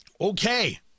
Okay